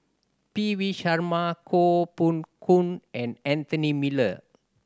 P V Sharma Koh Poh Koon and Anthony Miller